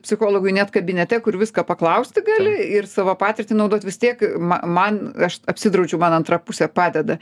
psichologui net kabinete kur viską paklausti gali ir savo patirtį naudot vis tiek ma man aš apsidraudžiau man antra pusė padeda